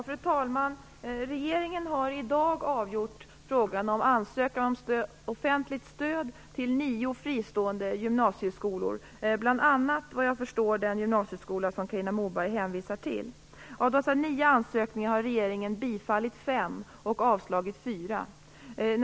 Fru talman! Regeringen har i dag avgjort frågan om ansökan om offentligt stöd till nio fristående gymnasieskolor, bl.a. vad jag förstår den gymnasieskola som Carina Moberg hänvisar till. Av dessa nio ansökningar har regeringen bifallit fem och avslagit fyra.